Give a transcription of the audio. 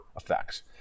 effects